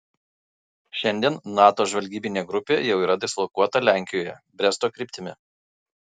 šiandien nato žvalgybinė grupė jau yra dislokuota lenkijoje bresto kryptimi